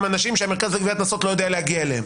הם אנשים שהמרכז לגביית קנסות לא יודע להגיע אליהם.